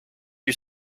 you